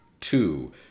two